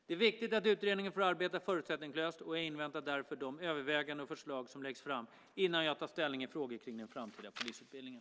Det är viktigt att utredningen får arbeta förutsättningslöst, och jag inväntar därför de överväganden och förslag som läggs fram innan jag tar ställning i frågor kring den framtida polisutbildningen.